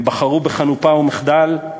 הם בחרו בחנופה ובמחדל,